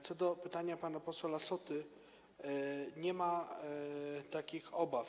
Co do pytania pana posła Lassoty, nie ma takich obaw.